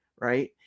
right